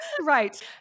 right